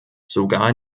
sogar